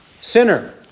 sinner